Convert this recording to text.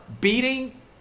beating